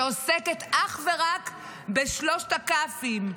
שעוסקת אך ורק בשלושת הכ"פים: